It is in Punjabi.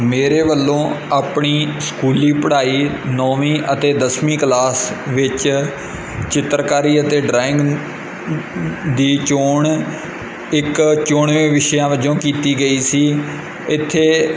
ਮੇਰੇ ਵੱਲੋਂ ਆਪਣੀ ਸਕੂਲੀ ਪੜ੍ਹਾਈ ਨੌਵੀਂ ਅਤੇ ਦਸਵੀਂ ਕਲਾਸ ਵਿੱਚ ਚਿੱਤਰਕਾਰੀ ਅਤੇ ਡਰਾਇੰਗ ਦੀ ਚੋਣ ਇੱਕ ਚੁਣਵੇਂ ਵਿਸ਼ਿਆਂ ਵਜੋਂ ਕੀਤੀ ਗਈ ਸੀ ਇੱਥੇ